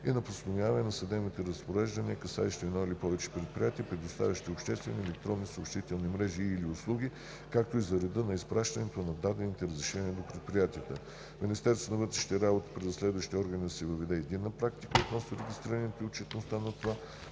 и на постановяваните съдебни разпореждания, касаещи едно или повече предприятия, предоставящи обществени електронни съобщителни мрежи и/или услуги, както и за реда на изпращане на дадените разрешения до предприятията. 2. В Министерството на вътрешните работи при разследващите органи да се въведе единна практика относно регистрирането и отчетността на това